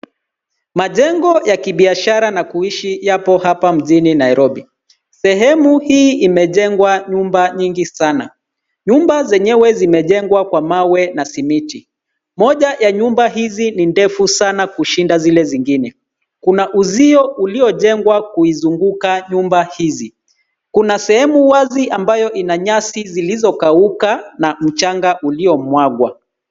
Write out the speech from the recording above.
Majengo ya kibiashara na kuishi yapo hapa mjini Nairobi. Sehemu hii imejengwa nyumba nyingi sana; nyumba zenyewe zimejengwa kwa mawe na simiti. Moja ya nuymba hizi ni ndefu sana kushinda zile zingine. Kuna uzio uliojengwa kuizunguka nyumba hizi. Kuna sehemu wazi ambayo ina nyasi zilizokauka na mchanga uliomwagwa.